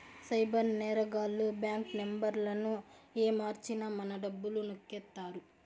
cyber నేరగాళ్లు bank నెంబర్లను ఏమర్చి మన డబ్బులు నొక్కేత్తారు